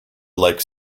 like